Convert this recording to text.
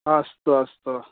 अस्तु अस्तु